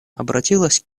обратилась